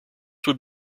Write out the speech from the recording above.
would